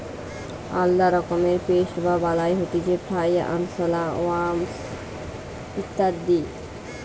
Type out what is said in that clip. আলদা রকমের পেস্ট বা বালাই হতিছে ফ্লাই, আরশোলা, ওয়াস্প ইত্যাদি